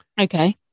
Okay